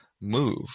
move